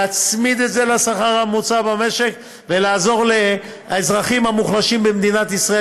להצמיד את זה לשכר הממוצע במשק ולעזור לאזרחים המוחלשים במדינת ישראל,